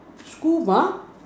school bus